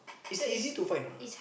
it's easy to find or not